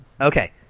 Okay